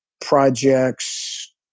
projects